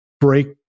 break